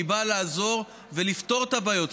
שהיא באה לעזור ולפתור את הבעיות,